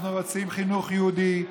אנחנו רוצים חינוך יהודי,